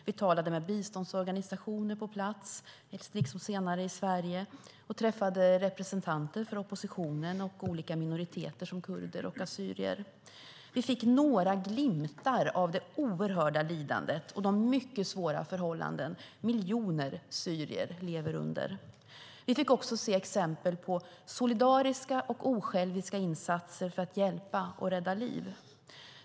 Vi talade med biståndsorganisationer på plats, liksom senare i Sverige, och träffade representanter för oppositionen och olika minoriteter som kurder och assyrier. Vi fick några glimtar av det oerhörda lidandet och de mycket svåra förhållanden som miljoner syrier lever under. Vi fick också se exempel på solidariska och osjälviska insatser för att hjälpa och rädda liv.